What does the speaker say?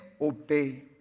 obey